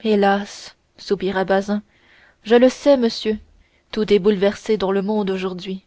hélas soupira bazin je le sais monsieur tout est bouleversé dans le monde aujourd'hui